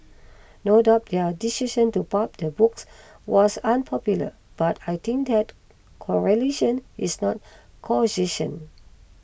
no doubt their decision to pulp the books was unpopular but I think that correlation is not causation